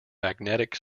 magnetic